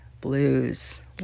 blues